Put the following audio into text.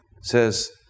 says